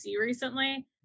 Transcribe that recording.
recently